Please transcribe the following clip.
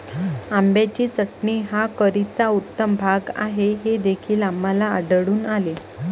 आंब्याची चटणी हा करीचा उत्तम भाग आहे हे देखील आम्हाला आढळून आले